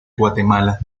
guatemala